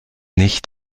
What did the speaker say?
nicht